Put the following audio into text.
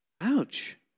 Ouch